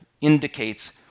indicates